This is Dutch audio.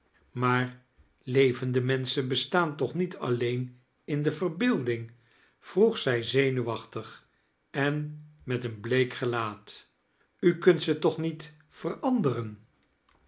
maar levende mensohen bestaan toch niet alleen in de verbeelding vroeg zij zenuwachtdg en met eem bleek gelaat u knnt ze toch niet veranderen